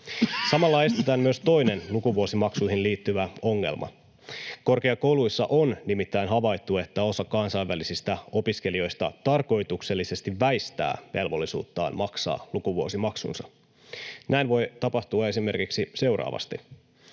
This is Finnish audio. Samalla esitetään myös toinen lukuvuosimaksuihin liittyvä ongelma. Korkeakouluissa on nimittäin havaittu, että osa kansainvälisistä opiskelijoista tarkoituksellisesti väistää velvollisuuttaan maksaa lukuvuosimaksunsa. Näin voi tapahtua esimerkiksi seuraavasti: